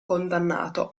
condannato